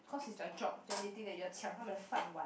cause it's their job then they think you are 抢他们的饭碗